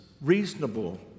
reasonable